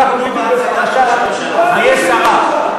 פרשת חיי שרה.